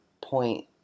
point